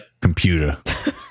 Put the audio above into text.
computer